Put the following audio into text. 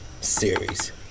series